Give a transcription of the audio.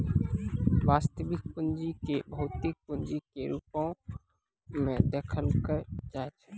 वास्तविक पूंजी क भौतिक पूंजी के रूपो म देखलो जाय छै